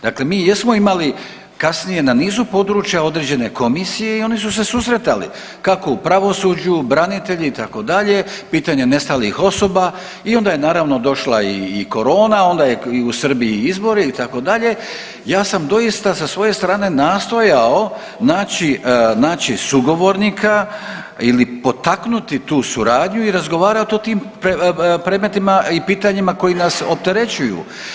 Dakle mi jesmo imali kasnije na nizu područja određene komisije i oni su se susretali, tako u pravosuđu, branitelji, itd., pitanje nestalih osoba i onda je naravno, došla i korona, onda je i u Srbiji izbori, itd., ja sam doista sa svoje strane nastojao naći sugovornika ili potaknuti tu suradnju i razgovarao o tom predmetima i pitanjima koji nas opterećuju.